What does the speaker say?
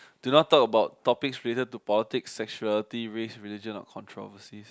do not talk about topics related to politics sexuality race religion or controversies